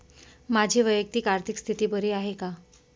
माझी वैयक्तिक आर्थिक स्थिती बरी आहे का?